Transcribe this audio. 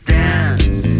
dance